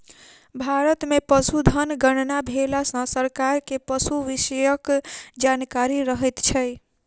भारत मे पशुधन गणना भेला सॅ सरकार के पशु विषयक जानकारी रहैत छै